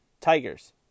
Tigers